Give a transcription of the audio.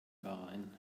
bahrain